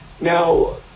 Now